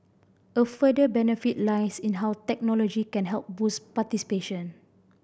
a further benefit lies in how technology can help boost participation